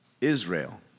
Israel